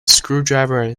screwdriver